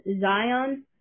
Zion